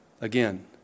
again